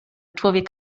człowiek